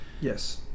Yes